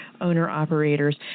owner-operators